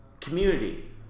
community